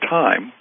time